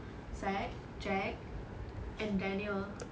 Zach Jack and Daniel